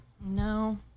no